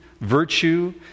virtue